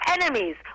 enemies